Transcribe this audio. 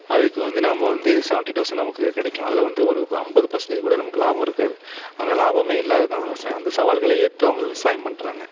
அதுக்கு வந்து நம்ம வந்து சவன்ட்டி தௌசண்ட் நமக்கு கிடைக்கும் அதில் வந்து ஒரு ஐம்பது பர்சன்டேஜ் கூட நமக்கு லாபம் இருக்காது அந்த லாபமே இல்லாத தான் விவசாயம் அந்த சவால்களை ஏற்று அவங்க விவசாயம் பண்றாங்க